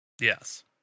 yes